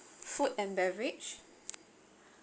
food and beverage